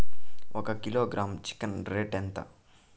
ఒక kilogram chicken rate ఎంత?